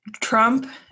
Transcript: Trump